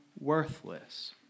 worthless